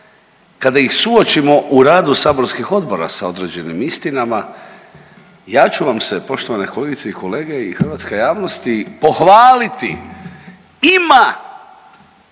kada ih suočimo u radu saborskih odbora sa određenim istinama, ja ću vam se poštovane kolegice i kolege i hrvatska javnosti pohvaliti, ima